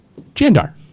Jandar